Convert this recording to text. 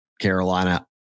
Carolina